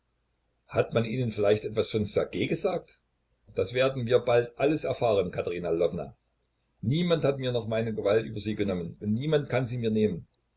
hat man ihnen vielleicht etwas von ssergej gesagt das werden wir bald alles erfahren katerina lwowna niemand hat mir noch meine gewalt über sie genommen und niemand kann sie mir nehmen